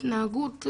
מההתנהגות,